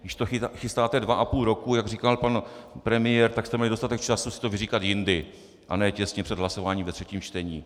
Když to chystáte dva a půl roku, jak říkal pan premiér, tak jste měli dostatek času si to vyříkat jindy a ne těsně před hlasováním ve třetím čtení.